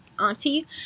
auntie